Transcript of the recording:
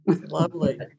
Lovely